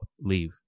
leave